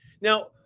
Now